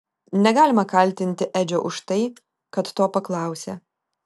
negalima kaltinti edžio už tai kad to paklausė